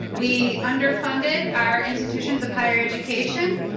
we underfunded our institutions of higher education.